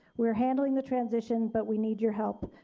we are handling the transition but we need your help.